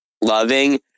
loving